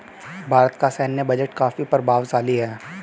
भारत का सैन्य बजट काफी प्रभावशाली है